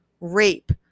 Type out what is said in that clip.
rape